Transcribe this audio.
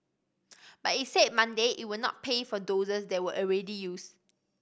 but it said Monday it would not pay for doses that were already used